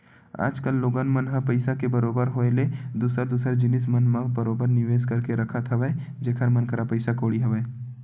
आज कल लोगन मन ह पइसा के बरोबर होय ले दूसर दूसर जिनिस मन म बरोबर निवेस करके रखत हवय जेखर मन करा पइसा कउड़ी हवय